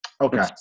Okay